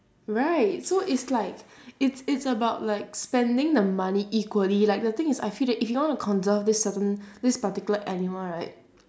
right so it's like it's it's about like spending the money equally like the thing is I feel that if you want to conserve this certain this particular animal right